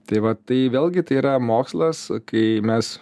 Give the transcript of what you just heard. tai va tai vėlgi tai yra mokslas kai mes